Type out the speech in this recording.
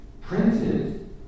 Printed